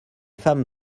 femmes